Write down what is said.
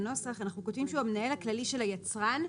בנוסח אנחנו כותבים שהוא המנהל הכללי של היצרן,